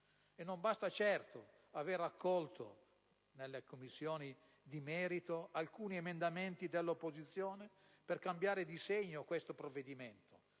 Non basta certo aver accolto nelle Commissioni di merito alcuni emendamenti dell'opposizione per cambiare il disegno di questo provvedimento,